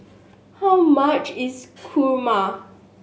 how much is kurma